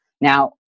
Now